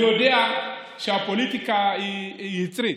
אני יודע שהפוליטיקה היא יצרית,